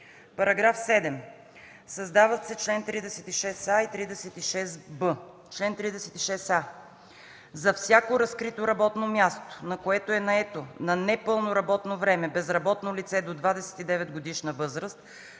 § 7: „§ 7. Създават се чл.36а и 36б: „Чл. 36а. За всяко разкрито работно място, на което е наето на непълно работно време безработно лице до 29-годишна възраст